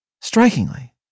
Strikingly